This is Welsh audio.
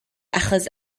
achos